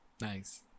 Nice